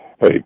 hey